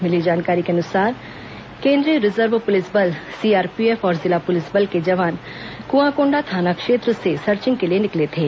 मिली जानकारी के अनुसार केंद्रीय रिजर्व पुलिस बल सीआरपीएफ और जिला पुलिस बल के जवान कुआंकोंडा थाना क्षेत्र से सर्चिंग के लिए निकले थे